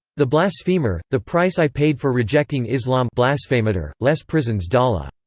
the blasphemer the price i paid for rejecting islam blasphemateur! les prisons d'allah.